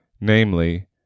namely